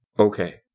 Okay